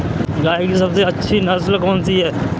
गाय की सबसे अच्छी नस्ल कौनसी है?